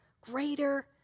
Greater